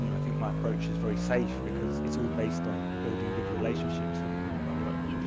you know i think my approach is very safe because it's all based on building good relationships with the people i work with.